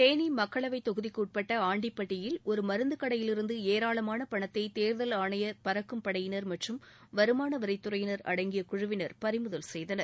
தேனி மக்களவைத் தொகுதிக்கு உட்பட்ட ஆண்டிப்பட்டியில் ஒரு மருந்துக் கடையிலிருந்து ஏராளமான பணத்தை தேர்தல் ஆணைய பறக்கும் படையினர் மற்றும் வருமான வரித்துறையினர் அடங்கிய குழுவினர் நேற்று பறிமுதல் செய்தனர்